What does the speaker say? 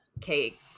cake